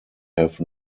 have